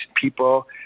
people